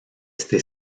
este